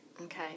Okay